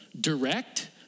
direct